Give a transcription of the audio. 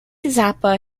zappa